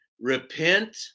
Repent